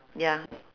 ya